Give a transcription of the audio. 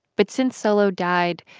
but since solo died,